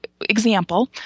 Example